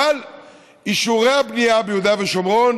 אבל אישורי הבנייה ביהודה ושומרון